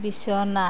বিছনা